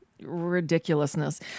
ridiculousness